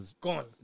Gone